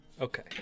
Okay